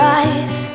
eyes